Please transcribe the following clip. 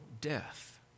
death